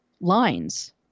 lines